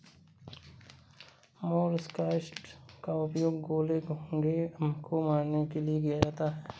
molluscicides का उपयोग गोले, घोंघे को मारने के लिए किया जाता है